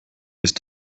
ist